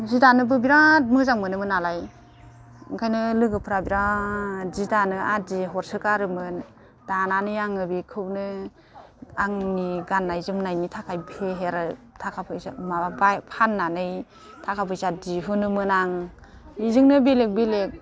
सि दानोबो बिराद मोजां मोनोमोन नालाय ओंखायनो लोगोफोरा बिराद सि दानो आदि हरसोगारोमोन दानानै आङो बेखौनो आंनि गाननाय जोमनायनि थाखाय फेहेरो थाखा फैसा माबा फाननानै थाखा फैसा दिहुनोमोन आं बेजोंनो बेलेग बेलेग